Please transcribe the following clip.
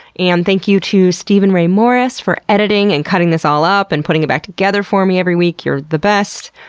and thank you to steven ray morris for editing and cutting this all up and putting it back together for me every week, you're the best.